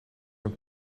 een